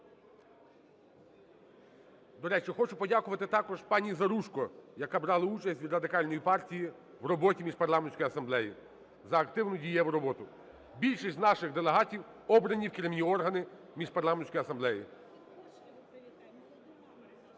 До речі, я хочу подякувати також пані Заружко, яка брала участь від Радикальної партії в роботі Міжпарламентської асамблеї, за активну дієву роботу. Більшість наших делегатів обрані в керівні органи Міжпарламентської асамблеї.